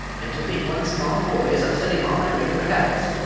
and to think one small boy is upsetting all my regular habits!